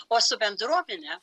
o su bendruomene